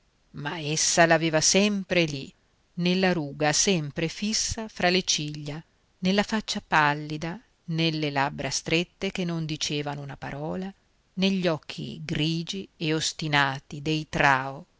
ma essa l'aveva sempre lì nella ruga sempre fissa fra le ciglia nella faccia pallida nelle labbra strette che non dicevano una parola negli occhi grigi e ostinati dei